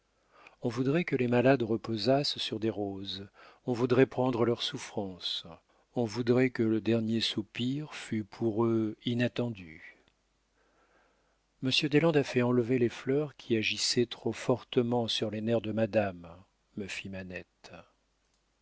on voudrait que les malades reposassent sur des roses on voudrait prendre leurs souffrances on voudrait que le dernier soupir fût pour eux inattendu monsieur deslandes a fait enlever les fleurs qui agissaient trop fortement sur les nerfs de madame me dit manette